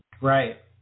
Right